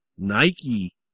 Nike